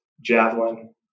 javelin